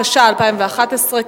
התשע"א 2011,